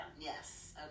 Yes